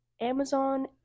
Amazon